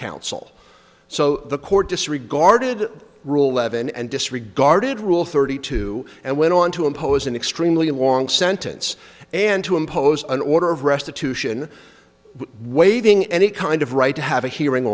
counsel so the court disregarded rule levon and disregarded rule thirty two and went on to impose an extremely long sentence and to impose an order of restitution waiving any kind of right to have a hearing